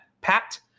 Pat